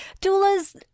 doulas